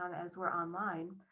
um as we're online,